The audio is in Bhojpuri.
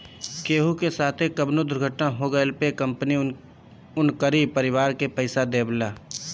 केहू के साथे कवनो दुर्घटना हो गइला पे कंपनी उनकरी परिवार के पईसा देवेला